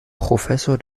professor